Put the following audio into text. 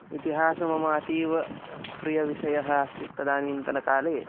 इतिहासः मम अतीव प्रियविषयः आसीत् तदानीन्तनकाले